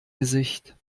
gesicht